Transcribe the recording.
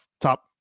top